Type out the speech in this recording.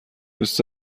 دوست